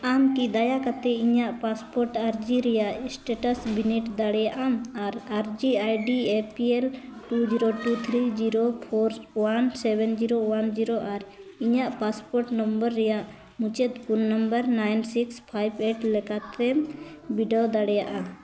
ᱟᱢ ᱠᱤ ᱫᱟᱭᱟ ᱠᱟᱛᱮᱫ ᱤᱧᱟᱹᱜ ᱯᱟᱥᱯᱳᱨᱴ ᱟᱨᱡᱤ ᱨᱮᱭᱟᱜ ᱥᱴᱮᱴᱟᱥ ᱵᱤᱱᱤᱰ ᱫᱟᱲᱮᱭᱟᱜ ᱟᱢ ᱟᱨ ᱟᱨᱡᱤ ID A P A L two zero three zero four one seven zero one zero ᱟᱨ ᱤᱧᱟᱹᱜ ᱯᱟᱥᱯᱳᱨᱴ ᱱᱚᱢᱵᱚᱨ ᱨᱮᱭᱟᱜ ᱢᱩᱪᱟᱹᱫ phone number nine six five eight ᱞᱮᱠᱟᱛᱮᱢ ᱵᱤᱰᱟᱹᱣ ᱫᱟᱲᱮᱭᱟᱜᱼᱟ